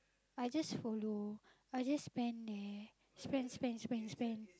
I just follow I just spend there spend spend spend spend